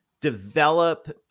develop